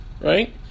right